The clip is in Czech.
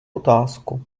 otázku